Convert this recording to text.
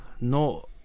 no